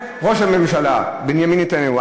ראש הממשלה בנימין נתניהו.